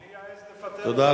מי יעז לפטר אותך, הרב גפני?